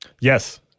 Yes